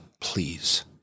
please